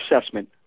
assessment